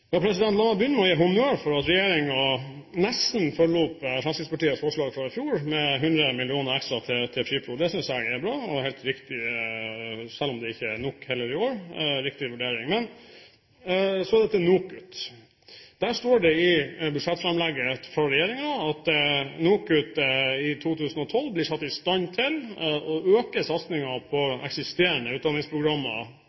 La meg begynne med å gi honnør for at regjeringen nesten følger opp Fremskrittspartiets forslag fra i fjor, med 100 mill. kr ekstra til FRIPRO. Det synes jeg er bra og en helt riktig vurdering, selv om det heller ikke i år er nok. Så til NOKUT. Det står i budsjettframlegget fra regjeringen at NOKUT i 2012 blir satt i stand til å øke